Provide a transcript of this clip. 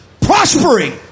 prospering